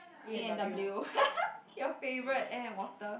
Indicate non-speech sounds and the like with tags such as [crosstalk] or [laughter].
A-and-W [laughs] your favourite air and water